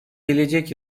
gelecek